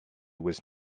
was